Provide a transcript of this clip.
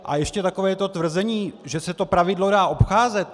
A ještě takové to tvrzení, že se to pravidlo dá obcházet...